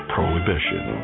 Prohibition